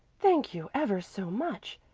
thank you ever so much.